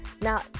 Now